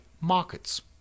markets